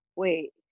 wait